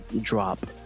drop